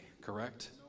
correct